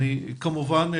אני כמובן,